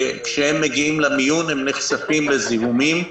כאשר הם מגיעים למיון הם נחשפים לזיהומים.